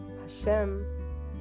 Hashem